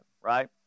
right